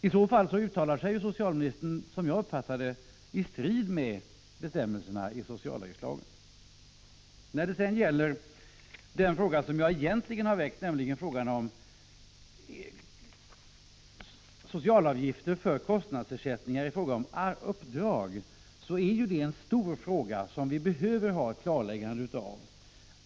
I så fall uttalar sig socialministern, som jag uppfattar det, i strid med bestämmelserna i socialavgiftslagen. Den fråga som jag egentligen har väckt, nämligen frågan om socialavgifter för kostnadsersättningar i fråga om uppdrag, är en stor fråga som vi behöver få ett klargörande av.